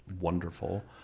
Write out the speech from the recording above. wonderful